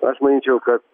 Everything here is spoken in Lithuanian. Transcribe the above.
aš manyčiau kad